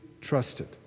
trusted